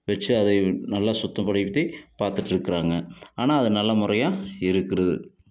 வச்சு அதை நல்லா சுத்தப்படுத்தி பார்த்துட்டு இருக்குறாங்க ஆனால் அதை நல்ல முறையா இருக்குறது